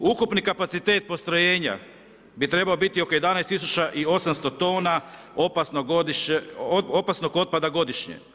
Ukupni kapacitet postrojenja bi trebao biti oko 11 800 tona opasnog otpada godišnje.